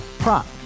Prop